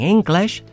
English